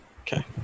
Okay